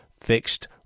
fixed